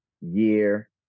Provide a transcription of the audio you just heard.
year